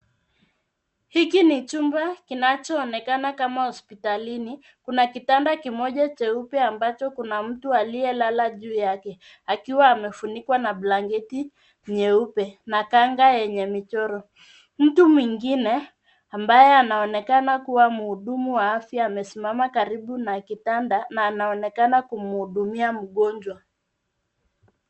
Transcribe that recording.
Hiki ni chumba kinacho onekana kama hospitalini. Kuna kitanda kimoja cheupe ambacho kuna mtu aliye, lala juu yake akiwa amefunikwa na blanketi nyeupe na kanga yenye michoro .Mtu mwingine ambaye anaonekana kuwa mhudumu wa afya, amesimama karibu na kitanda, na anaonekana kumhudumia mgonjwa.